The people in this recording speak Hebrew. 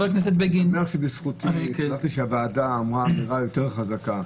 אני שמח שבזכותי הוועדה אמרה אמירה יותר חזקה.